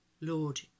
Lord